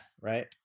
right